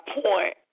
point